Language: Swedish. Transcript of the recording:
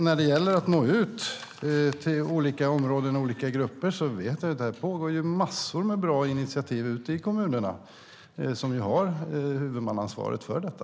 När det gäller att nå ut till olika områden och grupper pågår det massor av bra initiativ i kommunerna, som ju har huvudmannaansvaret för detta.